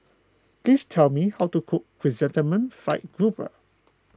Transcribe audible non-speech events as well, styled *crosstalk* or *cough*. please tell me how to cook Chrysanthemum *noise* Fried Grouper